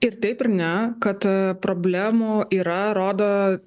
ir taip ir ne kad problemų yra rodo